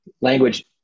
language